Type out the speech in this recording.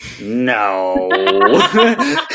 No